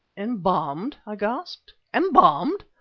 embalmed! i gasped. embalmed!